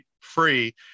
free